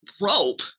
rope